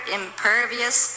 impervious